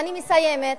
ואני חושבת, אני מסיימת,